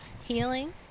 Healing